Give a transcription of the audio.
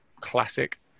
classic